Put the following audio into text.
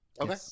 Okay